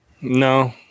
No